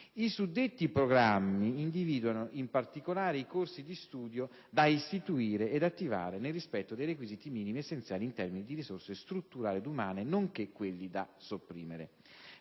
I suddetti programmi individuano in particolare i corsi di studio da istituire ed attivare nel rispetto dei requisiti minimi essenziali in termini di risorse strutturali ed umane, nonché quelli da sopprimere.